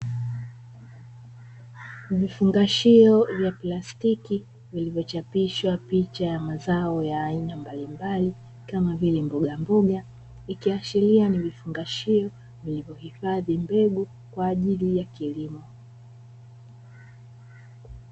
Vifungashio vya plastiki vilivyochapishwa picha ya mazao ya aina mbalimbali kama vile mbogamboga, vikiashiria ni vifungashio vilivyohifadhi mbegu kwa ajili ya kilimo.